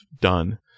done